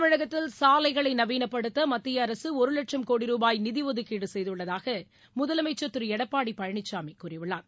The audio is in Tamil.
தமிழகத்தில் சாலைகளை நவீனப்படுத்த மத்திய அரசு ஒரு லட்சம் கோடி ரூபாய் நிதி ஒதுக்கீடு செய்துள்ளதாக முதலமைச்சர் திரு எடப்பாடி பழனிசாமி கூறியுள்ளார்